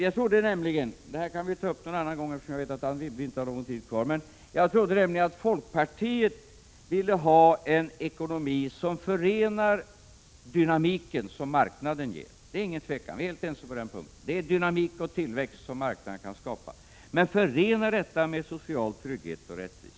Vi kan ta upp detta någon annan gång, eftersom jag vet att Anne Wibble inte har någon taletid kvar, men jag vill ändå säga: Jag trodde att folkpartiet ville ha en ekonomi som förenar den dynamik som marknaden ger — vi är helt ense om att det är dynamik och tillväxt som marknaden kan skapa — med social trygghet och rättvisa.